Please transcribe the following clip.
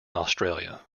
australia